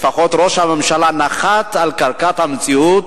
לפחות ראש הממשלה נחת על קרקע המציאות